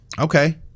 Okay